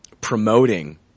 promoting